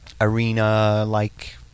arena-like